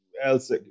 else